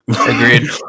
Agreed